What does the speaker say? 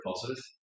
positive